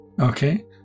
Okay